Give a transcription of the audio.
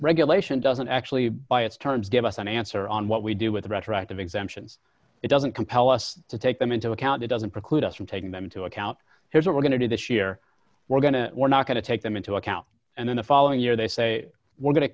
regulation doesn't actually by its terms give us an answer on what we do with retroactive exemptions it doesn't compel us to take them into account it doesn't preclude us from taking them into account here's what we're going to do this year we're going to we're not going to take them into account and then the following year they say we're going to